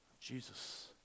Jesus